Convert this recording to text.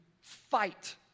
fight